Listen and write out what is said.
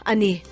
Ani